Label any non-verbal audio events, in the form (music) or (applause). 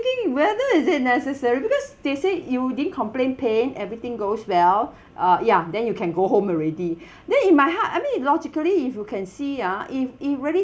thinking whether is it necessary because they said you didn't complain pain everything goes well uh ya then you can go home already (breath) then in my heart I mean logically if you can see ah if it really